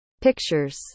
pictures